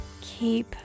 Keep